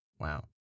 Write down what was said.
Wow